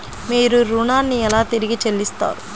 మీరు ఋణాన్ని ఎలా తిరిగి చెల్లిస్తారు?